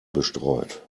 bestreut